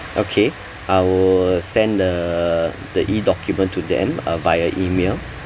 okay I will send the the e document to them uh via email